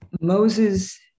Moses